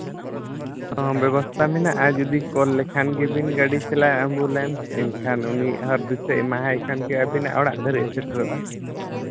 ᱦᱮᱸ ᱵᱮᱵᱚᱥᱛᱷᱟ ᱢᱮᱱᱟᱜᱼᱟ ᱡᱚᱫᱤ ᱠᱚᱞ ᱞᱮᱠᱷᱟᱱ ᱜᱮᱵᱤᱱ ᱜᱟᱹᱰᱤ ᱪᱟᱞᱟᱜᱼᱟ ᱮᱢᱵᱩᱞᱮᱱᱥ ᱮᱱᱠᱷᱟᱱ ᱩᱱᱤ ᱦᱚᱨ ᱫᱤᱥᱟᱹ ᱮᱢᱟᱭ ᱵᱮᱱ ᱜᱮ ᱟᱹᱵᱤᱱᱟᱜ ᱚᱲᱟᱜ ᱫᱷᱟᱹᱨᱤᱡ ᱥᱮᱴᱮᱨᱚᱜᱼᱟ